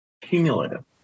cumulative